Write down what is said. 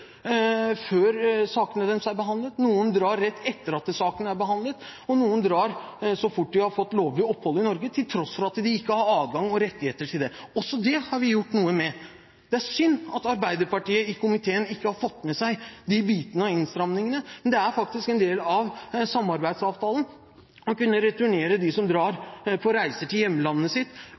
sakene deres er behandlet. Noen drar rett etter at saken er behandlet, og noen drar så fort de har fått lovlig opphold i Norge, til tross for at de ikke har adgang og rettigheter til det. Også det har vi gjort noe med. Det er synd at Arbeiderpartiet i komiteen ikke har fått med seg de bitene av innstrammingene, men det er faktisk en del av samarbeidsavtalen: å kunne returnere de som drar på reiser til hjemlandet sitt,